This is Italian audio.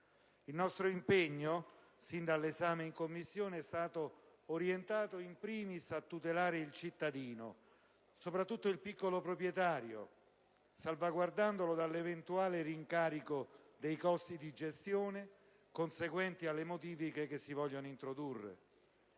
Il nostro impegno sin dall'esame in Commissione è stato orientato *in primis* a tutelare il cittadino, soprattutto il piccolo proprietario, salvaguardandolo dall'eventuale rincaro dei costi di gestione conseguenti alle modifiche che si vogliono introdurre.